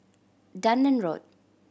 Dunearn Road